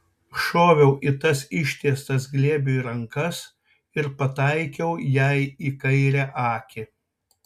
šoviau į tas ištiestas glėbiui rankas ir pataikiau jai į kairę akį